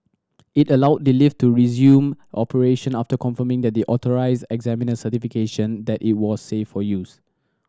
it allowed the lift to resume operation after confirming the authorised examiner certification that it was safe for use